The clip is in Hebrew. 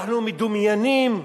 אנחנו מדומיינים.